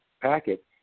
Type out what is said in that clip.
packet